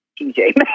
TJ